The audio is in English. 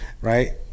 right